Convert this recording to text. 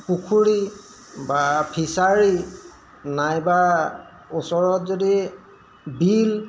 পুখুৰী বা ফিচাৰী নাইবা ওচৰত যদি বিল